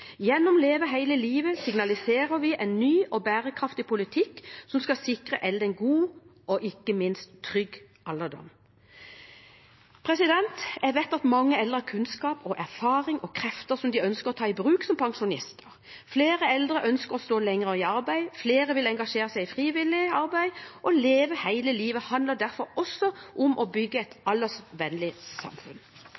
bærekraftig politikk som skal sikre eldre en god og ikke minst trygg alderdom. Jeg vet at mange eldre har kunnskap, erfaring og krefter de ønsker å ta i bruk som pensjonister. Flere eldre ønsker å stå lenger i arbeid, flere vil engasjere seg i frivillig arbeid, og Leve hele livet handler derfor også om å bygge et